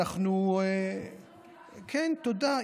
אנחנו, כן, תודה.